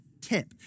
tip